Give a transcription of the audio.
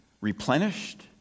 replenished